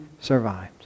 survived